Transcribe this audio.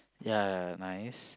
ya nice